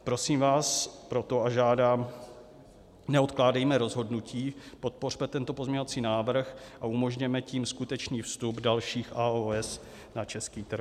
Prosím vás proto a žádám, neodkládejme rozhodnutí, podpořme tento pozměňovací návrh a umožněme tím skutečný vstup dalších AOS na český trh.